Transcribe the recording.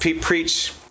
preach